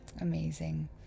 Amazing